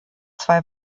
zwei